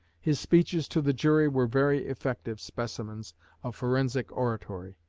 his speeches to the jury were very effective specimens of forensic oratory.